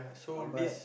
uh but